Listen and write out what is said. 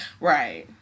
Right